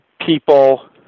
people